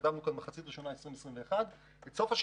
כאן כתבנו מחצית ראשונה של 2021. רגע,